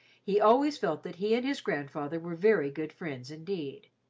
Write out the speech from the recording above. he always felt that he and his grandfather were very good friends indeed.